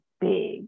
big